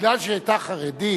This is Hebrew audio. מפני שהיא היתה חרדית,